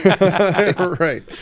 Right